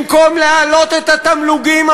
במקום להעלות את התמלוגים,